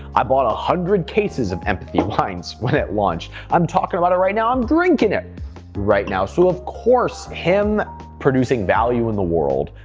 i bought one ah hundred cases of empathy wines when it launched, i'm talking about it right now, i'm drinking it right now. so of course, him producing value in the world,